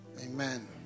Amen